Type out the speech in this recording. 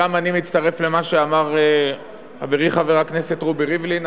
גם אני מצטרף למה שאמר חברי חבר הכנסת רובי ריבלין.